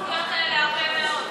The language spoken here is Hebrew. האלה הרבה מאוד.